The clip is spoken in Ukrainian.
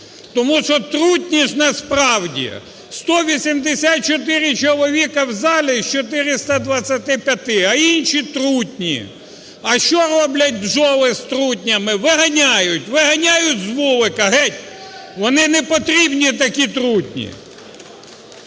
Тому що трутні ж насправді! 184 чоловіки в залі з 425, а інші - трутні. А що роблять бджоли з трутнями? Виганяють, виганяють з вулика геть. Вони не потрібні такі трутні.